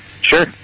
Sure